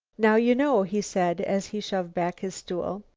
now you know, he said, as he shoved back his stool,